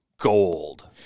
Gold